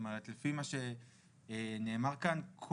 לפי מה שנאמר כאן,